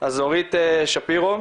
אורית שפירו,